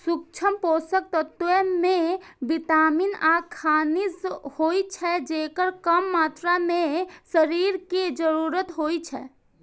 सूक्ष्म पोषक तत्व मे विटामिन आ खनिज होइ छै, जेकर कम मात्रा मे शरीर कें जरूरत होइ छै